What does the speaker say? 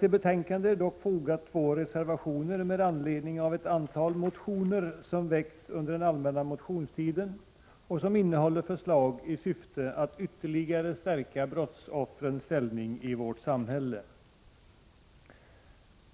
Till betänkandet är dock fogade två reservationer med anledning av ett 93 antal motioner som väckts under den allmänna motionstiden och som innehåller förslag i syfte att ytterligare stärka brottsoffrens ställning i vårt samhälle.